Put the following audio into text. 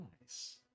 Nice